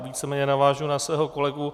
Víceméně navážu na svého kolegu.